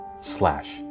slash